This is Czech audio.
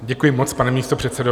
Děkuji mockrát, pane místopředsedo.